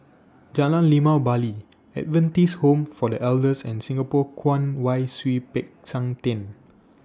Jalan Limau Bali Adventist Home For The Elders and Singapore Kwong Wai Siew Peck San Theng